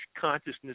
consciousness